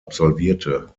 absolvierte